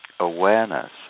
Awareness